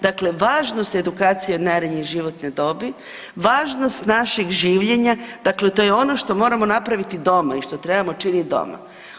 Dakle, važnost edukacije od najranije životne dobi, važnost našeg življenja, dakle to je ono što moramo napraviti doma i što trebamo činiti doma.